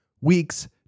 weeks